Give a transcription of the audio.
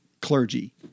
clergy